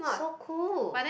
so cool